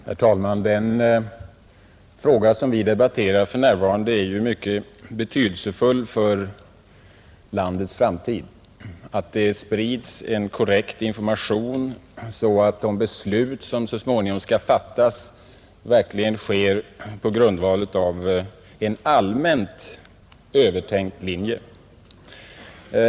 Herr talman! Den fråga som debatteras för närvarande är mycket betydelsefull för landets framtid — dvs. att det sprids en korrekt information, så att de beslut som så småningom skall fattas verkligen sker på grundval av en allmänt övertänkt linje.